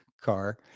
car